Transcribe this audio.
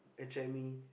attract me